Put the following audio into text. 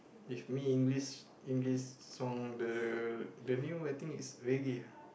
if me English English song the the new I think is reggae